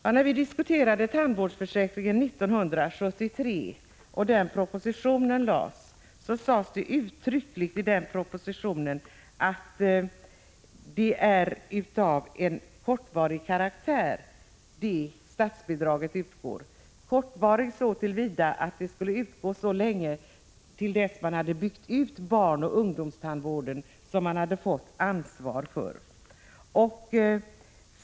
I den proposition som framlades 1973 sades uttryckligen att de statsbidrag som skulle utgå var av kortvarig karaktär. De skulle utgå till dess barnoch ungdomstandvården, som landstingskommunerna hade fått ansvar för, hade byggts ut.